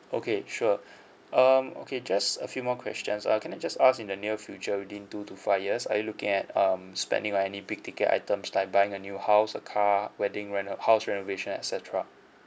okay sure um okay just a few more questions uh can I just ask in the near future within two to five years are you looking at um spending like any big ticket items like buying a new house a car wedding reno~ house renovation et cetera